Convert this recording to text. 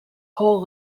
whole